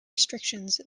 restrictions